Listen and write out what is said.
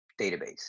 database